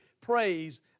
praise